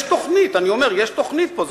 יש תוכנית, אני אומר, יש תוכנית פה.